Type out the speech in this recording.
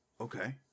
Okay